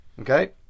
Okay